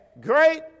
great